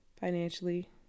Financially